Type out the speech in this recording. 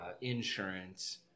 insurance